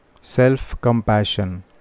self-compassion